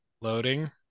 loading